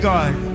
God